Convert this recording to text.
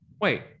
wait